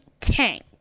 tank